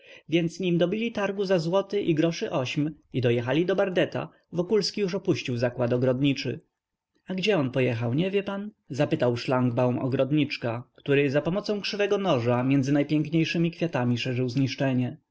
więc nim dobili targu za złoty i groszy ośm i dojechali do bardeta wokulski już opuścił zakład ogrodniczy a gdzie on pojechał nie wie pan zapytał szlangbaum ogrodniczka który za pomocą krzywego noża między najpiękniejszemi kwiatami szerzył zniszczenie